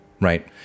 right